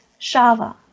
shava